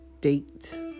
date